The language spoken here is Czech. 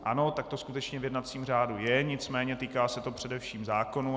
Ano, tak to skutečně v jednacím řádu je, nicméně týká se to především zákonů.